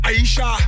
Aisha